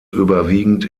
überwiegend